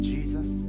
Jesus